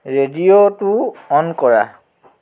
ৰেডিঅ'টো অ'ন কৰা